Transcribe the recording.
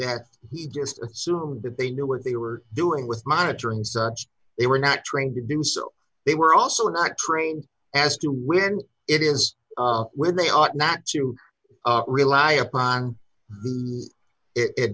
that he just assumed that they knew what they were doing with monitoring such they were not trained to do it so they were also not trained as to when it is when they ought not to rely upon